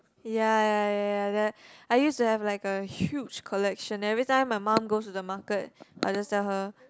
ya ya ya ya their I used to have a huge collection then every time my mum goes to the market I will just tell her